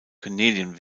canadian